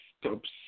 stops